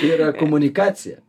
yra komunikacija